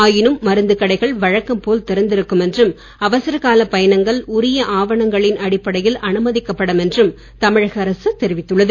ஆயினும் மருந்துக் கடைகள் வழக்கம் போல் திறந்திருக்கும் என்றும் அவசரகால பயணங்கள் உரிய ஆவணங்களின் அடிப்படையில் அனுமதிக்கப்படும் என்றும் தமிழக அரசு தெரிவித்துள்ளது